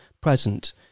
present